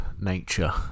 nature